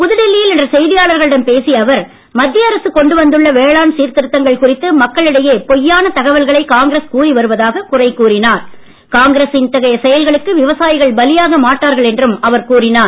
புதுடில்லியில் இன்று செய்தியாளர்களிடம் பேசிய அவர் மத்திய அரசு கொண்டு வந்துள்ள வேளாண் சீர்திருத்தங்கள் குறித்து மக்களிடையே பொய்யான தகவல்களை காங்கிரஸ் கூறி வருவதாகக் குறை இத்தகைய செயல்களுக்கு விவசாயிகள் பலியாக மாட்டார்கள் என்றும் அவர் கூறினார்